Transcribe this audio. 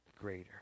greater